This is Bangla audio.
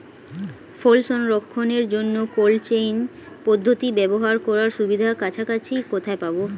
ফল সংরক্ষণের জন্য কোল্ড চেইন পদ্ধতি ব্যবহার করার সুবিধা কাছাকাছি কোথায় পাবো?